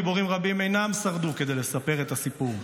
גיבורים רבים לא שרדו כדי לספר את הסיפור.